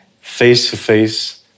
face-to-face